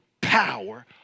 power